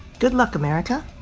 good luck america.